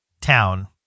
town